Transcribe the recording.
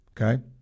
Okay